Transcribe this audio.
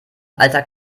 alter